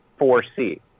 4c